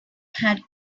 had